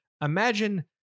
Imagine